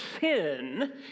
sin